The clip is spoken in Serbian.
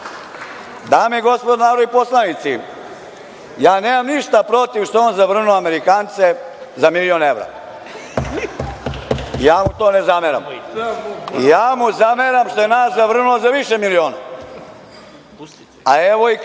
i gospodo narodni poslanici, ja nemam ništa protiv što je on zavrnuo Amerikance za milion evra. Ja mu to ne zameram. Ja mu zameram što je nas zavrnuo za više miliona, a evo i